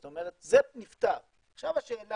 זאת אומרת זה נפתר, עכשיו השאלה